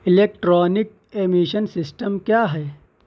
electronic emission system کیا ہے